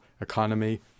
economy